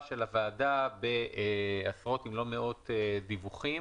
של הוועדה בעשרות אם לא מאות דיווחים.